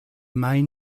main